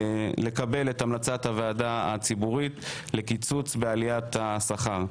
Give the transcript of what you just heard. לקבל את המלצת הוועדה הציבורית לקיצוץ בעליית השכר.